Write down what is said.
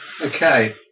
okay